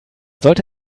sollte